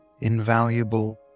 invaluable